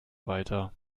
weiter